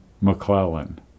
McClellan